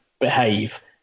behave